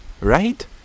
Right